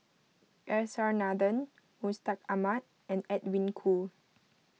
S R Nathan Mustaq Ahmad and Edwin Koo